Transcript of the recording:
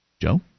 Joe